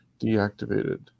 deactivated